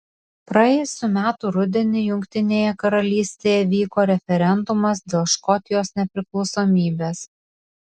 praėjusių metų rudenį jungtinėje karalystėje vyko referendumas dėl škotijos nepriklausomybės